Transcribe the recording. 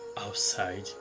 outside